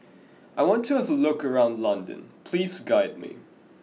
I want to have a look around London please guide me